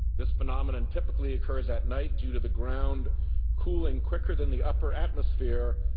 this phenomenon typically occurs at night due to the ground cooling quicker than the upper atmosphere,